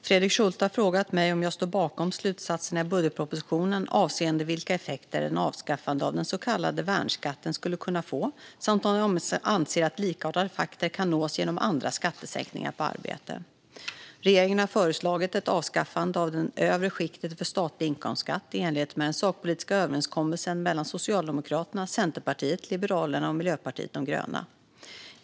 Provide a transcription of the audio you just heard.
Herr talman! har frågat mig om jag står bakom slutsatserna i budgetpropositionen avseende vilka effekter ett avskaffande av den så kallade värnskatten skulle kunna få samt om jag anser att likartade effekter kan nås genom andra skattesänkningar på arbete. Regeringen har föreslagit ett avskaffande av den övre skiktgränsen för statlig inkomstskatt i enlighet med den sakpolitiska överenskommelsen mellan Socialdemokraterna, Centerpartiet, Liberalerna och Miljöpartiet de gröna.